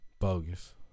Bogus